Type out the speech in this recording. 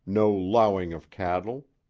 no lowing of cattle,